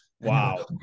wow